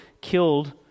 killed